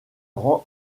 rend